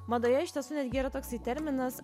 madoje iš tiesų netgi yra toksai terminas